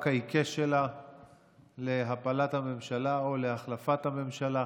העיקש שלה להפלת הממשלה או להחלפת הממשלה.